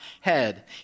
head